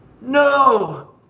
No